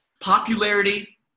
Popularity